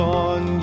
on